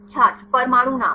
छात्र परमाणु नाम